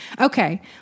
Okay